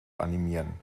animieren